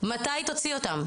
מתי היא תוציא אותן?